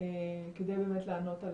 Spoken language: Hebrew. כדי באמת לענות על